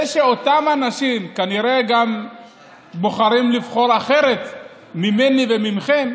זה שאותם אנשים כנראה גם בוחרים לבחור אחרת ממני ומכם,